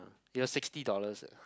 your sixty dollars ya